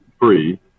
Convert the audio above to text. free